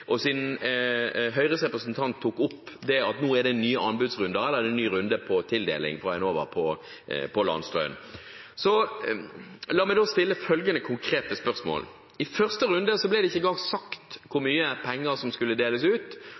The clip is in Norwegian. og siden Høyres representant tok opp at det nå er en ny runde med tildeling fra Enova på landstrøm, la meg da stille følgende konkrete spørsmål: I første runde ble det ikke engang sagt hvor mye penger som skulle deles ut.